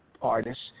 artists